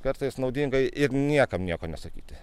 kartais naudinga ir niekam nieko nesakyti